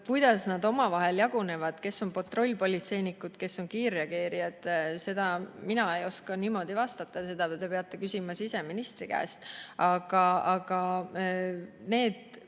kuidas nad jagunevad, kes on patrullpolitseinikud ja kes on kiirreageerijad, ei oska mina niimoodi vastata, seda te peate küsima siseministri käest. Aga need